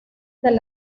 del